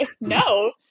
no